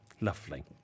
lovely